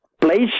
place